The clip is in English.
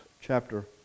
chapter